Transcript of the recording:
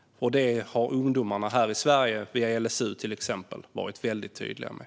Det har ungdomarna här i Sverige, till exempel via LSU, varit väldigt tydliga med.